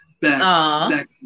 back